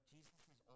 Jesus